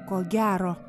ko gero